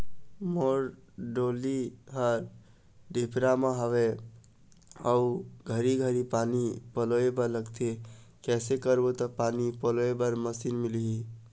मोर डोली हर डिपरा म हावे अऊ घरी घरी पानी पलोए बर लगथे कैसे करबो त पानी पलोए बर मशीन मिलही?